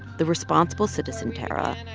the responsible citizen tarra,